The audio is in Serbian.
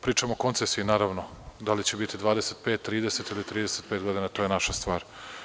Pričam o koncesiji, naravno, da li će biti 25, 30 ili 35 godina, to je naša stvar.